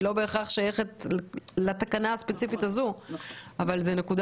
היא לא בהכרח שייכת לתקנה הספציפית הזאת אבל זאת נקודה